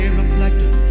reflected